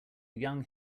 young